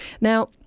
Now